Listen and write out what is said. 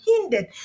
hindered